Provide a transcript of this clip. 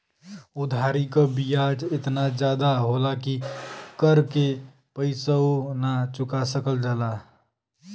उधारी क बियाज एतना जादा होला कि कर के पइसवो ना चुका सकल जाला